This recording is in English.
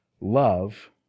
love